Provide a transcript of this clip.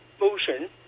motion